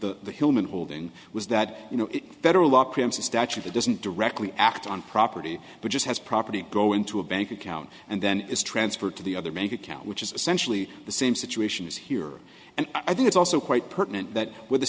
the human holding was that you know federal law prints a statute that doesn't directly act on property but just has property go into a bank account and then is transferred to the other bank account which is essentially the same situation as here and i think it's also quite pertinent that when the